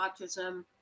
autism